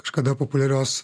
kažkada populiarios